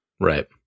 Right